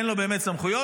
אין לו באמת סמכויות,